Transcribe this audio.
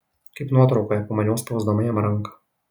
kaip nuotraukoje pamaniau spausdama jam ranką